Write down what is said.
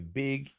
big